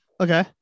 Okay